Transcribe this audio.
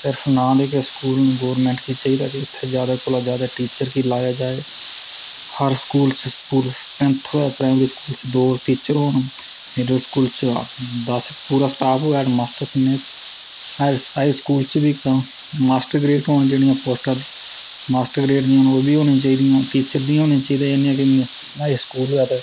सिर्फ नां दे स्कूल न गोरमैंट दी चाहिदा कि उत्थैं जैदा कौला जैदा टीचर गी लाया जाए हर स्कूल च पूरी स्ट्रैंथ होनी चाहिदी प्राईम्री स्कूल च दो टीचर होन मिडल स्कूल च पूरा स्टाफ होए हैडमास्टरै समेत हा ई स्कूल च बी मास्टर ग्रेड टीचर होन एह् नीं होऐ कि